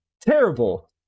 Terrible